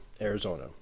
Arizona